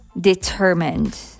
determined